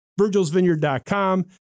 virgilsvineyard.com